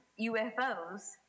UFOs